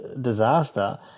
disaster